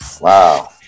Wow